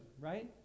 right